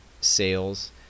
sales